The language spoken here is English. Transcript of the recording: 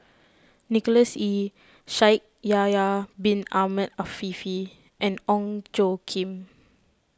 Nicholas Ee Shaikh Yahya Bin Ahmed Afifi and Ong Tjoe Kim